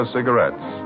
Cigarettes